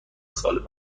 سالم